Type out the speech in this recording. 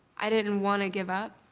i didn't wanna give up.